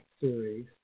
series